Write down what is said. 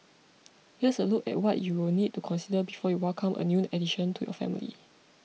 here's a look at what you will need to consider before you welcome a new addition to your family